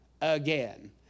again